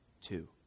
Two